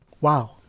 wow